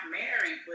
married